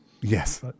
Yes